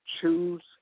choose